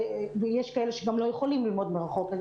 ויש כאלה שגם לא יכולים ללמוד מרחוק.